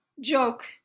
joke